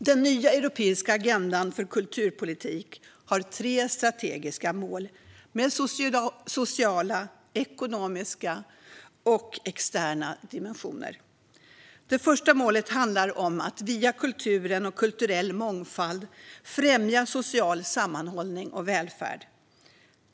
Den nya europeiska agendan för kulturpolitik har tre strategiska mål med sociala, ekonomiska och externa dimensioner. Det första målet handlar om att via kulturen och kulturell mångfald främja social sammanhållning och välfärd.